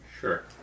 Sure